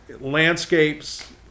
Landscapes